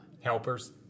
Helpers